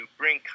bring